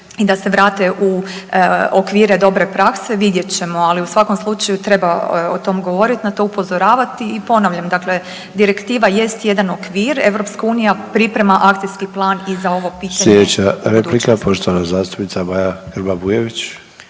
i da se vrate u okvire dobre prakse vidjet ćemo. Ali u svakom slučaju treba o tome govoriti, na to upozoravati. I ponavljam dakle direktiva jest jedan okvir. Europska unija priprema akcijski plan i za ovo pitanje budućnosti. **Sanader, Ante (HDZ)** Sljedeća